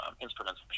instruments